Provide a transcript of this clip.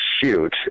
shoot